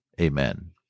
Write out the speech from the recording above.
Amen